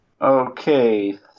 Okay